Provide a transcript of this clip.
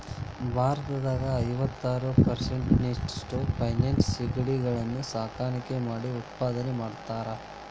ಭಾರತದಾಗ ಐವತ್ತಾರ್ ಪೇರಿಸೆಂಟ್ನಷ್ಟ ಫೆನೈಡ್ ಸಿಗಡಿಗಳನ್ನ ಸಾಕಾಣಿಕೆ ಮಾಡಿ ಉತ್ಪಾದನೆ ಮಾಡ್ತಾರಾ